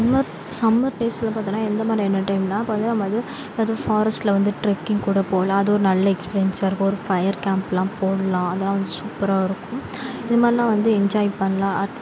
summer summer டேஸில் பார்த்தோன்னா எந்த மாதிரியான டைம்னால் இப்போ வந்து நம்ம வந்து ஏதாச்சும் ஃபாரஸ்டில் வந்து ட்ரக்கிங் கூட போகலாம் அது ஒரு நல்ல எக்ஸ்பீரியன்ஸாக இருக்கும் ஒரு ஃபயர் கேம்பெலாம் போடலாம் அதெல்லாம் வந்து சூப்பராக இருக்கும் இது மாதிரிலாம் வந்து என்ஜாய் பண்ணலாம்